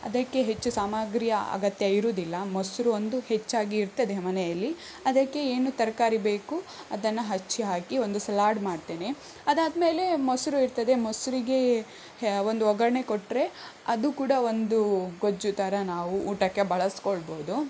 ಅದಕ್ಕೆ ಹೆಚ್ಚು ಸಾಮಗ್ರಿಯ ಅಗತ್ಯ ಇರುವುದಿಲ್ಲ ಮೊಸರು ಒಂದು ಹೆಚ್ಚಾಗಿ ಇರ್ತದೆ ಮನೆಯಲ್ಲಿ ಅದಕ್ಕೆ ಏನು ತರಕಾರಿ ಬೇಕು ಅದನ್ನು ಹೆಚ್ಚಿ ಹಾಕಿ ಒಂದು ಸಲಾಡ್ ಮಾಡ್ತೇನೆ ಅದಾದ ಮೇಲೆ ಮೊಸರು ಇರ್ತದೆ ಮೊಸರಿಗೆ ಒಂದು ಒಗ್ಗರಣೆ ಕೊಟ್ಟರೆ ಅದು ಕೂಡ ಒಂದು ಗೊಜ್ಜು ಥರ ನಾವು ಊಟಕ್ಕೆ ಬಳಸ್ಕೊಳ್ಬಹುದು